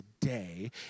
today